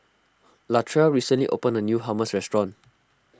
Latrell recently opened a new Hummus restaurant